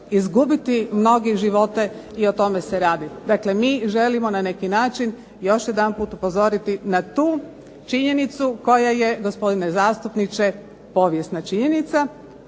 izgubiti mnogi živote i o tome se radi, mi želimo na neki način još upozoriti na tu činjenicu koja je gospodine zastupniče povijesna činjenica,